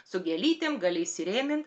su gėlytėm gali įsirėmint